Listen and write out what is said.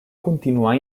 continuar